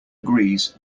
agrees